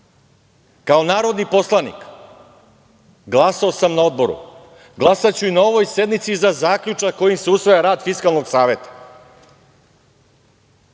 kao narodni poslanik, glasao sam na Odboru, glasaću i na ovoj sednici za zaključak kojim se usvaja rad Fiskalnog saveta. Kao